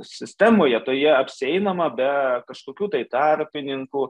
sistemoje toje apsieinama be kažkokių tai tarpininkų